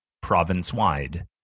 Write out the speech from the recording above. province-wide